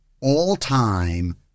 all-time